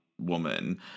woman